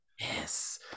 Yes